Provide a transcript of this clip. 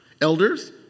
Elders